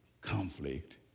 conflict